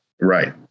Right